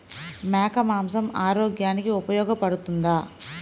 మేక మాంసం ఆరోగ్యానికి ఉపయోగపడుతుందా?